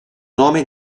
nome